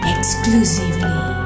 Exclusively